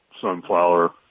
Sunflower